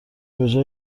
بجای